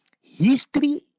History